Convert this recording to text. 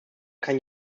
kann